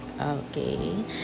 Okay